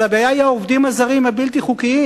אבל הבעיה היא העובדים הזרים הבלתי-חוקיים.